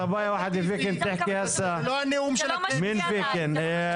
זה לא משפיע עלי.